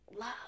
love